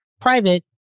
private